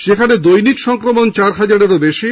সেখানে দৈনিক সংক্রমণ চার হাজারেরও বেশী